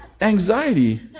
anxiety